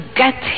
get